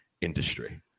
industry